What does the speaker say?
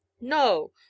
No